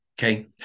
Okay